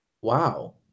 Wow